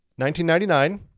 1999